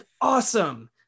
Awesome